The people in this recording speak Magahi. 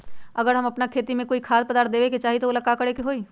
अगर हम अपना खेती में कोइ खाद्य पदार्थ देबे के चाही त वो ला का करे के होई?